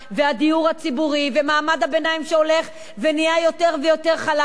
הדיור הציבורי ומעמד הביניים שהולך ונהיה יותר ויותר חלש.